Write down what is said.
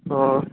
অঁ